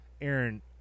Aaron